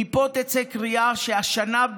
מפה תצא קריאה שהשנה,